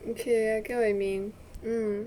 okay I get what you mean mm